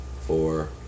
four